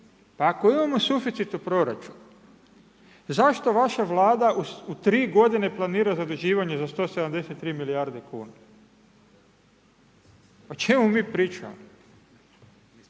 Pa ako imamo suficit u proračunu, zašto vaša Vlada u 3 g. planira zaduživanje za 173 milijarde kuna? O čemu mi pričamo?